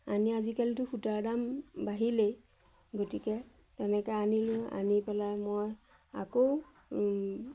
আনি আজিকালিতো সূতাৰ দাম বাঢ়িলেই গতিকে তেনেকৈ আনিলোঁ আনি পেলাই মই আকৌ